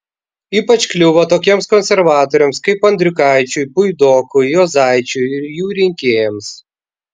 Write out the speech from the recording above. ypač kliuvo tokiems konservatoriams kaip andriukaičiui puidokui juozaičiui ir jų rinkėjams